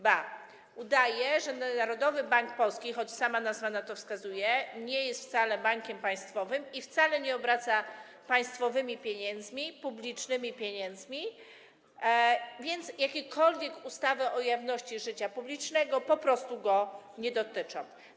Ba, udaje, że Narodowy Bank Polski, choć sama nazwa na to wskazuje, nie jest wcale bankiem państwowym i wcale nie obraca państwowymi pieniędzmi, publicznymi pieniędzmi, więc jakiekolwiek ustawy o jawności życia publicznego po prostu go nie dotyczą.